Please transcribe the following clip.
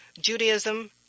Judaism